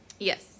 Yes